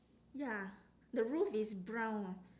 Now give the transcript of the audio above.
ya the roof is brown